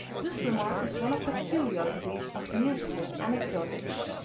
this remark is one of the curiosities of musical anecdotage.